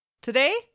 Today